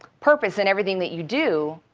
purpose in everything that you do,